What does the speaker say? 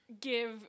give